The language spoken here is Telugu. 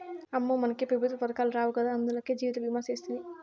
అమ్మో, మనకే పెఋత్వ పదకాలు రావు గదా, అందులకే జీవితభీమా సేస్తిని